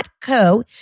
co